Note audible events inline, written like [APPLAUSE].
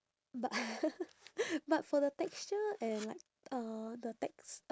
but [NOISE] but for the texture and like uh the text~